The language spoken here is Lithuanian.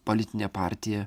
politinė partija